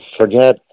Forget